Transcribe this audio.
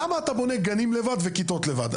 למה אתה בונה גנים לבד וכיתות לבד?